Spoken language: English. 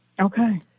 Okay